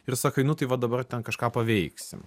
ir sakai nu tai va dabar ten kažką paveiksim